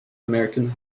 american